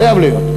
חייב להיות,